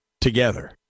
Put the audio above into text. together